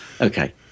Okay